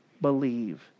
believe